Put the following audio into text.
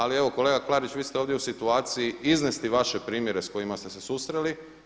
Ali evo kolega Klarić vi ste ovdje u situaciji iznesti vaše primjere sa kojima ste se susreli.